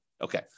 Okay